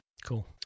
Cool